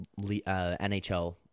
NHL